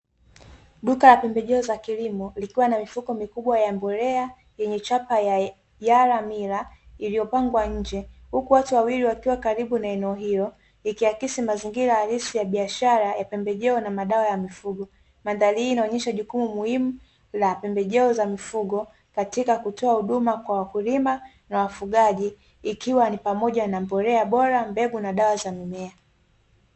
Duka la pembejeo za kilimo likiwa na mifuko mikubwa ya mbolea yenye chapa ya yara mila iliyopangwa nje huku watu wawili wakiwa karibu na eneo hilo, likiakisi mazingira halisi ya biashara ya pembejeo na madawa ya mifugo, mandhari hii inaonyesha jukumu muhimu la pembejeo za mifugo katika kutoa huduma kwa wakulima na wafugaji ikiwa ni pamoja na mbolea bora, mbegu na dawa za mimea.